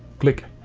click.